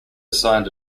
signed